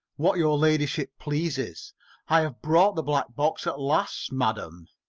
what your ladyship pleases. i have brought the black box at last, madam.